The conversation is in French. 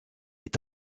est